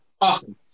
Awesome